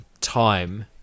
time